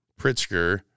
Pritzker